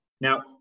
Now